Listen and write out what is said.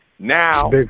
Now